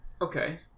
okay